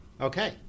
Okay